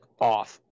off